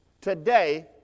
today